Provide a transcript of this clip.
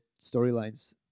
storylines